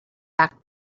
back